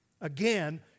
again